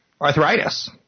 arthritis